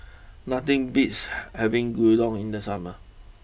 nothing beats having Gyudon in the summer